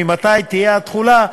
ממתי תהיה התחולה,